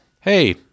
Hey